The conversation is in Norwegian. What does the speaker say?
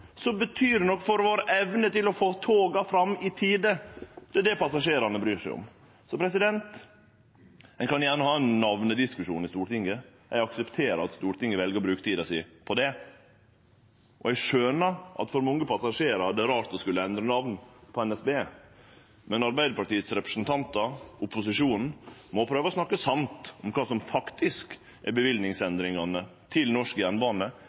betyr det noko for vår evne til å få toga fram i tide. Det er det passasjerane bryr seg om. Vi kan gjerne ha ein namnediskusjon i Stortinget. Eg aksepterer at Stortinget vel å bruke tida si på det, og eg skjønar at for mange passasjerar er det rart å endre namn på NSB. Men Arbeidarpartiets representantar, opposisjonen, må prøve å snakke sant om kva som faktisk er løyvingsendringane for norsk jernbane